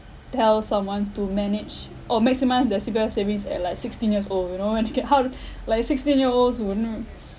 tell someone to manage or maximise their C_P_F savings at like sixteen years old you know and you get how to like a sixteen year olds won't know